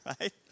right